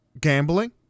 gambling